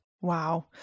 wow